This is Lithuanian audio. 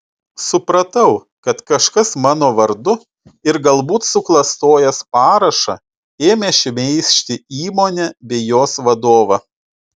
supratau kad kažkas mano vardu ir galbūt suklastojęs parašą ėmė šmeižti įmonę bei jos vadovą